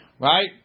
Right